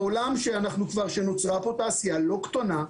בעולם נוצרה פה תעשייה לא קטנה,